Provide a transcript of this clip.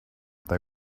they